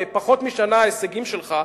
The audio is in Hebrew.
בפחות משנה ההישגים שלך,